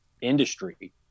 industry